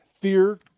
fear